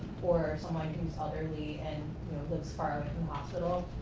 or someone who's elderly and lives far from the hospital.